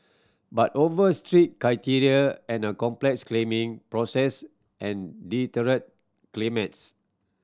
but over strict criteria and a complex claiming process and deterred claimants